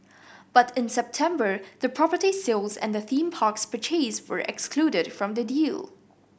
but in September the property sales and the theme parks purchase were excluded from the deal